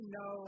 no